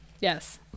Yes